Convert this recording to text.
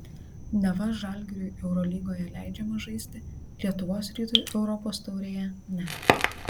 neva žalgiriui eurolygoje leidžiama žaisti lietuvos rytui europos taurėje ne